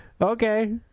Okay